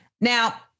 Now